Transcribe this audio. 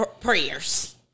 prayers